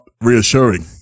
reassuring